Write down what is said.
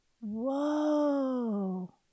Whoa